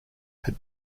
had